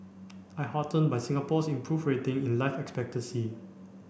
I'm heartened by Singapore's improved ratings in life expectancy